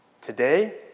today